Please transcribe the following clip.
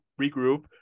regroup